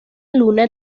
luna